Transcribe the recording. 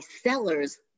sellers